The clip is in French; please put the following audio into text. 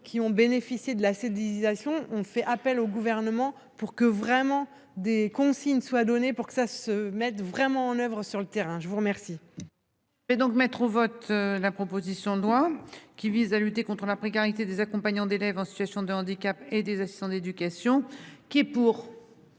qui ont bénéficié de l'aseptisation ont fait appel au gouvernement pour que vraiment des consignes soient données pour que ça se mette vraiment en oeuvre sur le terrain, je vous remercie.--